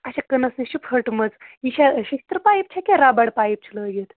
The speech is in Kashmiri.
اچھا کٕنَس نِش چھِ پھٔٹمٕژ یہِ چھےٚ شِشتٕر پایپ چھےٚ کِنۍ رَبڈ پایپ چھِ لٲگِتھ